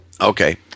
Okay